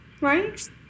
right